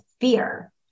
fear